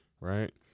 Right